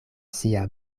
sia